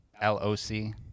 l-o-c